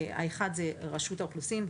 האחד זה רשות האוכלוסין,